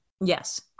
Yes